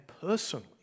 personally